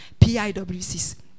PIWCs